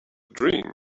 dream